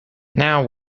now